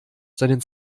seinen